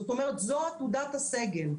זאת אומרת, זאת עתודת הסגל.